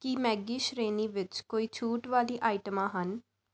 ਕੀ Maggi ਸ਼੍ਰੇਣੀ ਵਿੱਚ ਕੋਈ ਛੂਟ ਵਾਲੀਆਂ ਆਈਟਮਾਂ ਹਨ